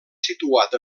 situat